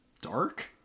dark